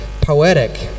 poetic